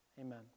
Amen